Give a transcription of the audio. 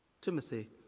Timothy